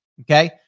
Okay